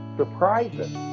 surprises